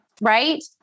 right